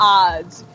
odds